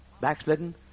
backslidden